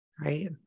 Right